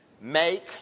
make